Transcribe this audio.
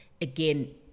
Again